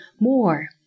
more